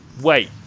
wait